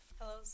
Hello